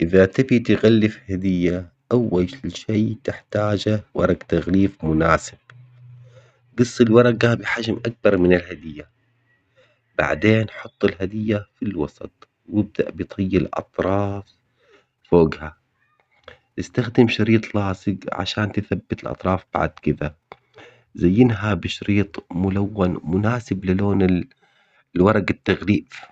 إذا تبي تغلف هدية أول شي تحتاجه ورق تغليف مناسب، قص الورقة بحجم أكبر من الهدية، بعدين حط الهدية في الوسط وابدأ بطي الأطراف فوقها استخدم شريط لاصق عشان تثبت الأطراف بعد كذة، زينها بشريط ملون مناسب للون ال- ورق التغليف.